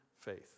faith